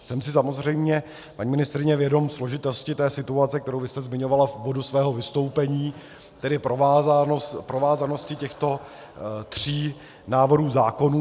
Jsem si samozřejmě, paní ministryně, vědom složitosti situace, kterou jste zmiňovala v úvodu svého vystoupení, tedy provázanosti těchto tří návrhů zákonů.